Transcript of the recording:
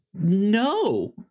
No